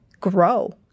grow